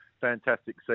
fantastic